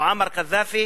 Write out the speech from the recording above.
מועמר קדאפי,